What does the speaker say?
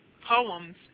poems